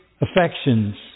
affections